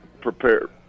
prepared –